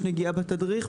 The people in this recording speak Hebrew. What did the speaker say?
יש נגיעה בתדריך,